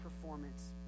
performance